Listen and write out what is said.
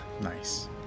Nice